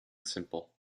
simple